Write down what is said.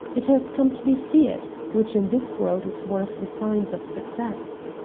it has come to be feared, which in this world is one of the signs of success.